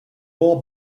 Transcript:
war